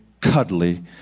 cuddly